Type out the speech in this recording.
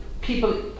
people